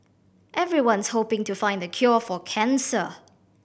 everyone's hoping to find the cure for cancer